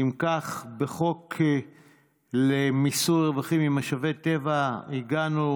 אם כך, בחוק למיסוי רווחים ממשאבי טבע הגענו